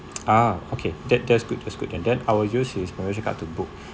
ah okay that that's good that's good and then I will use his membership card to book